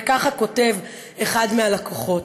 וככה כותב אחד מהלקוחות: